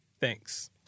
Thanks